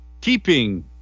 keeping